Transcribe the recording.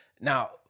Now